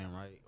right